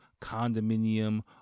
condominium